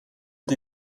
die